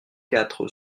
quatre